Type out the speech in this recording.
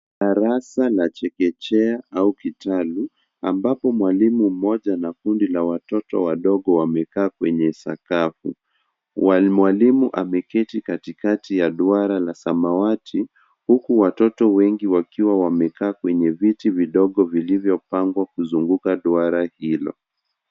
Darasa la chekechea au kitalu ambapo mwalimu mmoja na kundi la watoto wadogo wamekaa kwenye sakafu. Mwalimu ameketi katikati ya duara la samawati huku watoto wengi wakiwa wamekaa kwenye viti vidogo vilivyopangwa kuzunguka duara hilo.